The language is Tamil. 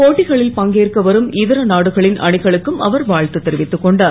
போட்டிகளில் பங்கேற்க வரும் இதர நாடுகளின் அணிகளுக்கும் அவர் வா த்து தெரிவித்துக் கொண்டார்